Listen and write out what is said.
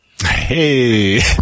Hey